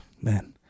man